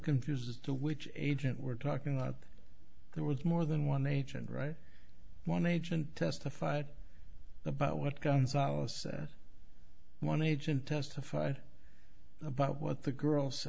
confused as to which agent we're talking about there was more than one agent right one agent testified about what gonzales one agent testified about what the girls